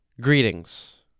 Greetings